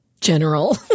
general